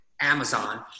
Amazon